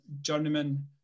journeyman